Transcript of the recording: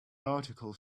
article